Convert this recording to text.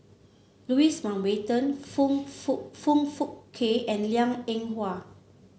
Louis Mountbatten Foong Fook Foong Fook Kay and Liang Eng Hwa